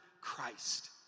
Christ